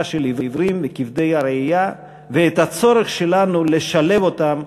של העיוורים וכבדי הראייה ואת הצורך שלנו לשלב אותם